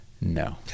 No